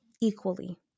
equally